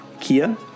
Kia